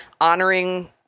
honoring